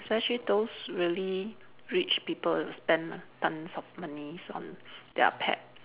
especially those really rich people spend tons of money on their pet